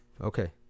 Okay